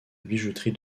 bijouterie